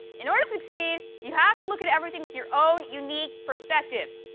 in order to succeed you have to look at everything with your own unique perspective.